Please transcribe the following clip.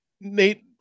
Nate